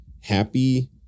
happy